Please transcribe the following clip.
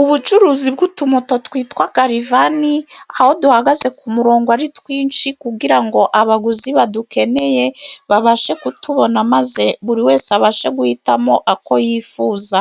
Ubucuruzi bw'utumoto twitwa karivani, aho duhagaze ku murongo ari twinshi kugira ngo abaguzi badukeneye babashe kutubona maze buri wese abashe guhitamo ako yifuza.